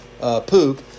poop